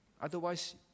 Otherwise